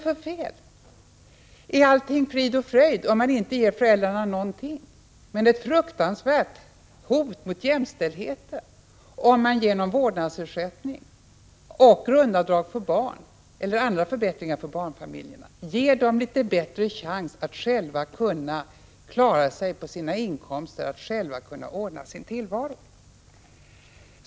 Är allting frid och fröjd om man inte ger föräldrarna någonting, och är det ett fruktansvärt hot mot jämställdheten om man genom vårdnadsersättning och grundavdrag för barn eller genom andra förbättringar för barnfamiljerna ger dem litet bättre chans att själva kunna klara sig på sina inkomster, att själva kunna ordna sin tillvaro?